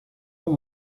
that